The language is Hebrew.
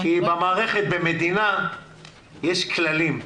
כי במערכת במדינה יש כללים,